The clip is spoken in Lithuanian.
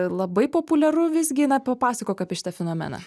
labai populiaru visgi na papasakok apie šitą fenomeną